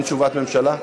אין תשובת ממשלה?